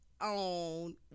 on